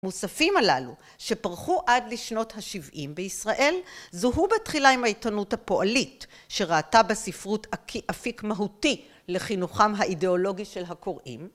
המוספים הללו, שפרחו עד לשנות השבעים בישראל, זוהו בתחילה עם העיתונות הפועלית, שראתה בספרות אפיק מהותי לחינוכם האידיאולוגי של הקוראים.